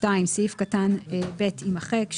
סעיף קטן (ב) יימחק.